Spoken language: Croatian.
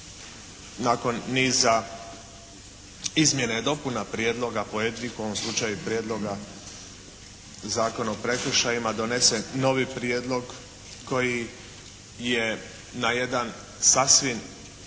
nakon niza izmjena i dopuna prijedloga pojedinih u ovom slučaju Prijedloga Zakona o prekršajima donese novi prijedlog koji je na jedan sasvim